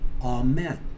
Amen